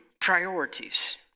priorities